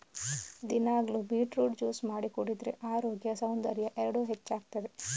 ದಿನಾಗ್ಲೂ beetroot juice ಮಾಡಿ ಕುಡಿದ್ರೆ ಅರೋಗ್ಯ ಸೌಂದರ್ಯ ಎರಡೂ ಹೆಚ್ಚಾಗ್ತದೆ